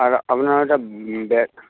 আর আপনার একটা ব্যাগ